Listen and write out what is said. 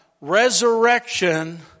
resurrection